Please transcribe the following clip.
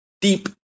deep